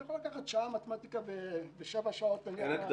אתה יכול לקחת שעה מתמטיקה ושבע שעות נניח מהמקצוע השני.